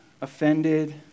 offended